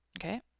Okay